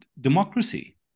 democracy